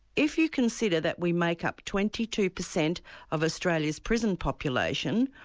if you consider that we make up twenty two percent of australia's prison population,